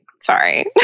Sorry